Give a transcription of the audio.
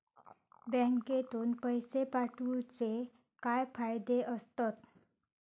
बँकेतून पैशे पाठवूचे फायदे काय असतत?